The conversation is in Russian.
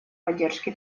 поддержке